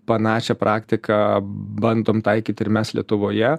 panašią praktiką bandom taikyt ir mes lietuvoje